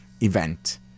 event